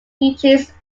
beaches